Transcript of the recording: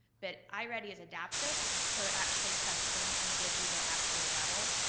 but i-ready is adaptive, so it actually tests them and gives you their actual level.